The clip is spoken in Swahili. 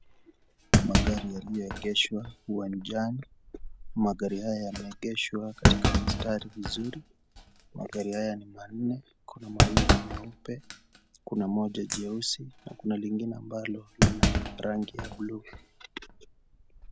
Magari yalioegeshwa uwanjani. Magari haya yameegeshwa katika mstari vizuri. Magari haya ni manne. Kuna mawili meupe, kuna moja jeusi na kuna lingine ambalo lina rangi ya blue .